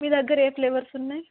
మీ దగ్గర ఫ్లేవర్స్ ఉన్నాయి